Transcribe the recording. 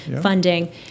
funding